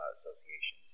Association